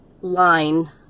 line